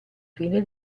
fine